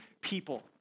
people